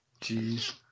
Jeez